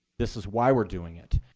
this is why we're doing it.